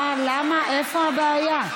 איפה הבעיה?